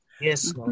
Yes